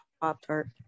Pop-Tart